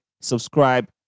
subscribe